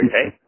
okay